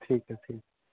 ਠੀਕ ਹੈ ਠੀਕ